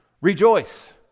Rejoice